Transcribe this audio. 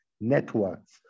networks